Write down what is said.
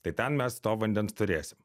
tai ten mes to vandens turėsim